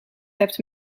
hebt